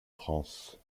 france